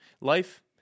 Life